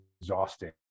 exhausting